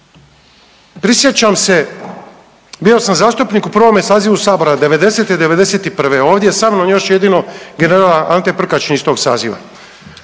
Prisjećam se bio sam zastupnik u prvome sazivu Sabora devedesete i devedeset i prve. Ovdje je sa mnom još jedino general Ante Prkačin iz tog saziva.